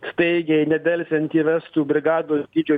staigiai nedelsiant įvestų brigados dydžio